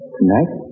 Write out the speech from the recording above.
Tonight